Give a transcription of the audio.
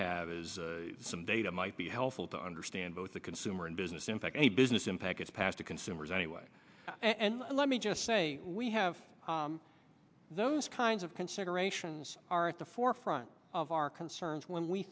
is some data might be helpful to understand both the consumer and business in fact any business impact is passed to consumers anyway and let me just say we have those kinds of considerations are at the forefront of our concerns when we